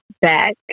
back